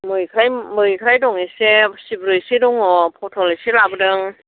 मैफ्राय मैफ्राय दं एसे सिब्रु एसे दङ पटल एसे लाबोदों